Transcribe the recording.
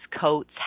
coats